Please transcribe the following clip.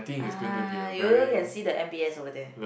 ah you also can see the M_b_S over there